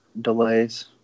delays